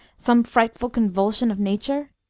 some frightful convulsion of nature?